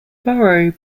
borough